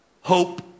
hope